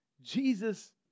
Jesus